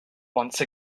once